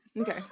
Okay